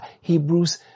Hebrews